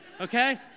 okay